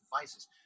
devices